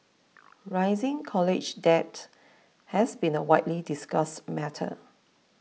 rising college debt has been a widely discussed matter